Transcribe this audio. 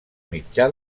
mitjà